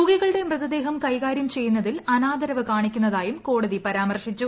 രോഗികളുടെ മൃതദേഹം കൈകാര്യം ചെയ്യുന്നതിൽ അനാദരവ് കാണിക്കുന്നതായും കോടതി പരാമർശിച്ചു